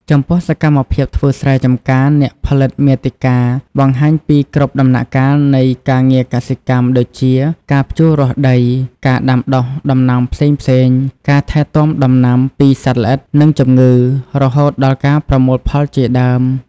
ចំពោះ សកម្មភាពធ្វើស្រែចំការ អ្នកផលិតមាតិកាបង្ហាញពីគ្រប់ដំណាក់កាលនៃការងារកសិកម្ម ដូចជា ការភ្ជួររាស់ដី ការដាំដុះដំណាំផ្សេងៗ ការថែទាំដំណាំពីសត្វល្អិត និងជំងឺ រហូតដល់ការប្រមូលផលជាដើម។